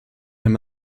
him